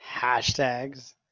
Hashtags